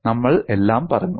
നമ്മൾ എല്ലാം പറഞ്ഞു